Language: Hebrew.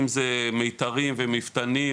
אם זה מיתרים ומפתנים